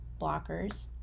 blockers